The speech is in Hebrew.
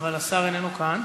השר איננו כאן.